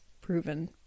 proven